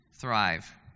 thrive